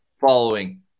following